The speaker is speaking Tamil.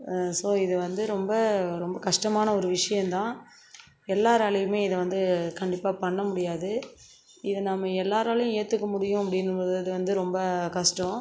ஸோ இது வந்து ரொம்ப ரொம்ப கஷ்டமான ஒரு விஷயம் தான் எல்லாராலேயுமே இதை வந்து கண்டிப்பாக பண்ண முடியாது இதை நம்ம எல்லாராலேயும் ஏற்றுக்க முடியும் அப்படின்னுங்கிறது வந்து ரொம்ப கஷ்டம்